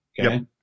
Okay